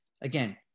again